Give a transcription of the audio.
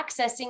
accessing